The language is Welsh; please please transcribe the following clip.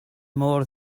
mor